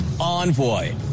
envoy